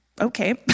Okay